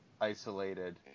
isolated